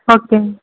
ஓகேங்க